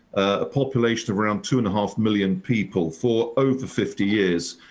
a population of around two and a half million people for over fifty years.